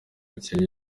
kenya